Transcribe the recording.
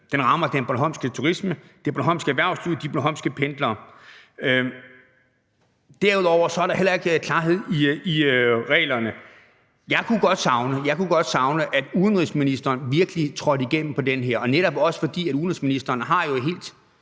den rammer den bornholmske turisme, det bornholmske erhvervsliv og de bornholmske pendlere. Derudover er der heller ikke klarhed om reglerne. Jeg kunne godt savne, at udenrigsministeren virkelig satte sig igennem her, og netop fordi udenrigsministeren jo har et helt